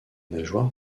nageoires